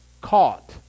caught